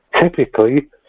typically